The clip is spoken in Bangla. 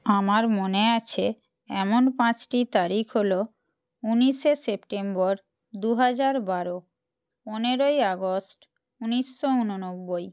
আমার মনে আছে এমন পাঁচটি তারিখ হল ঊনিশে সেপ্টেম্বর দু হাজার বারো পনেরোই আগস্ট ঊনিশশো ঊননব্বই